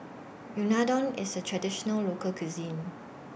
Unadon IS A Traditional Local Cuisine